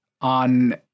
on